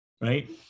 right